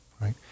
right